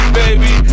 baby